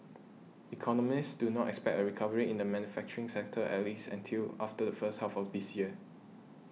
economists do not expect a recovery in the manufacturing sector at least until after the first half of this year